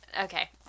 Okay